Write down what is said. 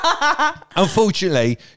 Unfortunately